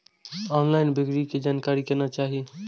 Online बिक्री के जानकारी केना चाही?